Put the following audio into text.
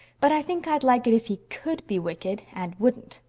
but i think i'd like it if he could be wicked and wouldn't.